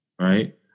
right